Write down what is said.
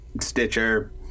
stitcher